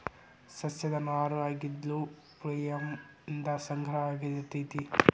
ಸಸ್ಯದ ನಾರು ಆಗಿದ್ದು ಪ್ಲೋಯಮ್ ನಿಂದ ಸಂಗ್ರಹ ಆಗಿರತತಿ